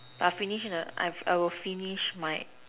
but finish in a I've I will finish my